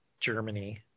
Germany